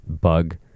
bug